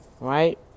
Right